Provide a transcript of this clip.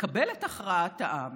לקבל את הכרעת העם